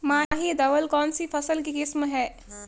माही धवल कौनसी फसल की किस्म है?